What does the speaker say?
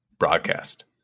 broadcast